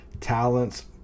talents